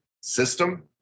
system